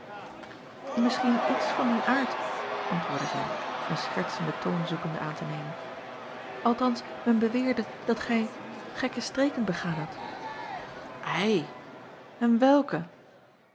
isschien iets van dien aard antwoordde zij een schertsenden toon zoekende aan te nemen althans men beweerde dat gij gekke streken begaan hadt i en welke